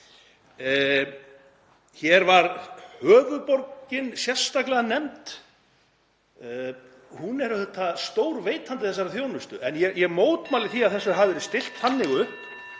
Hér var höfuðborgin sérstaklega nefnd og hún er auðvitað stór veitandi þessarar þjónustu. En ég mótmæli því að þessu hafi verið stillt þannig upp